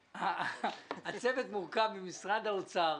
הצוות מורכב ממשרד האוצר,